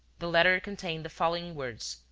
the letter contained the following words,